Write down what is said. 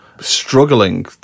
struggling